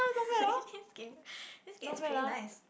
actually this game this game is pretty nice